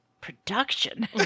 production